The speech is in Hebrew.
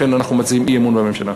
לכן אנחנו מציעים אי-אמון בממשלה.